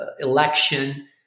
election